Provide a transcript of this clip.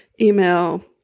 email